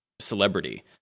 celebrity